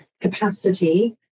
capacity